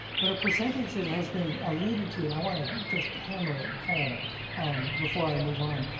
but a percentage that has been alluded to, and i want to just hammer it home before i move on,